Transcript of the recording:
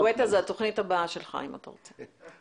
גואטה, זאת התכנית הבאה שלך אם אתה רוצה.